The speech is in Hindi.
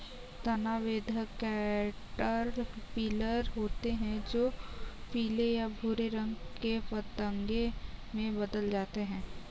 तना बेधक कैटरपिलर होते हैं जो पीले या भूरे रंग के पतंगे में बदल जाते हैं